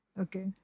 Okay